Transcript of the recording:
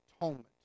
atonement